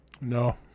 No